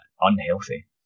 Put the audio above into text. unhealthy